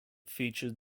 featured